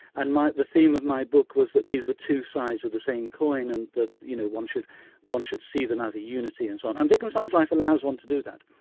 and like the theme of my book was that these were two sides of the same coin, and that you know one should one should see them as a unity and so on. and wittgenstein's life allows one to do that.